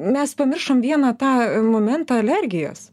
mes pamiršom vieną tą momentą alergijos